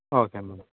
okay madam